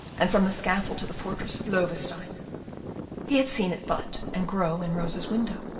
and from the scaffold to the fortress of loewestein he had seen it bud and grow in rosa's window,